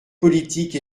politique